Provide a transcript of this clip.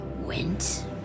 went